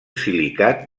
silicat